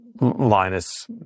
Linus